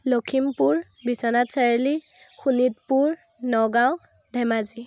Lakhimpur Biswanath Chariali Sonitpur Nagaon Dhemaji